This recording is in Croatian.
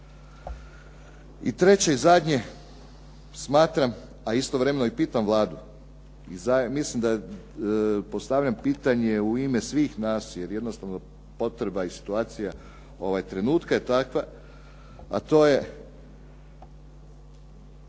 I treće i zadnje, smatram, a istovremeno i pitam Vladu, mislim da postavljam pitanje u ime svih nas jer jednostavno potreba i situacija trenutka je takva a to je